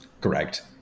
Correct